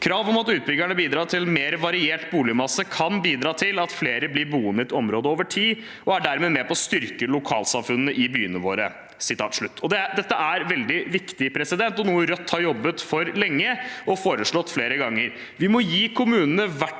Krav om at utbyggerne bidrar til en mer variert boligmasse, kan bidra til at flere blir boende i et område over tid, og er dermed med på å styrke lokalsamfunn i byene våre». Dette er veldig viktig og noe Rødt har jobbet for lenge og foreslått flere ganger. Vi må gi kommunene